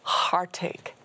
heartache